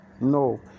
No